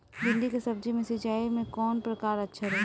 भिंडी के सब्जी मे सिचाई के कौन प्रकार अच्छा रही?